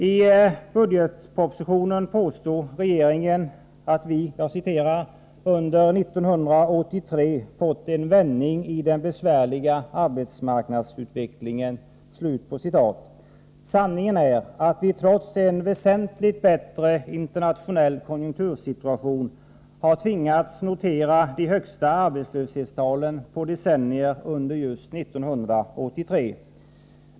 I budgetpropositionen påstår regeringen att vi ”under 1983 fått en vändning i den besvärliga arbetsmarknadsutvecklingen”. Sanningen är att vi trots en väsentligt bättre internationell konjunktursituation har tvingats notera de högsta arbetslöshetstalen på decennier under just 1983.